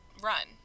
run